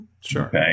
Sure